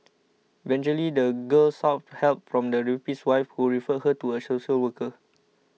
eventually the girl sought help from the rapist's wife who referred her to a social worker